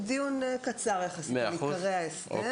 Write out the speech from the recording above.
דיון קצר עם עיקרי ההסבר.